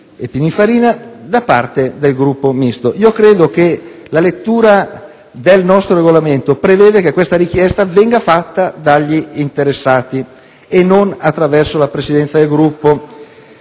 Pininfarina, da parte del Gruppo Misto. Io credo che la lettera del nostro Regolamento preveda che questa richiesta venga fatta dagli interessati e non attraverso la Presidenza del Gruppo;